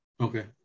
Okay